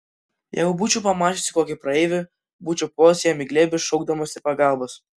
jeigu būčiau pamačiusi kokį praeivį būčiau puolusi jam į glėbį šaukdamasi pagalbos